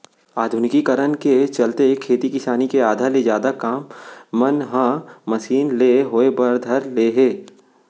आधुनिकीकरन के चलते खेती किसानी के आधा ले जादा काम मन ह मसीन ले होय बर धर ले हे